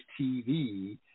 TV